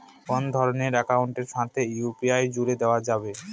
কোন ধরণের অ্যাকাউন্টের সাথে ইউ.পি.আই জুড়ে দেওয়া যাবে?